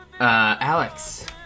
Alex